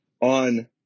on